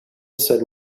said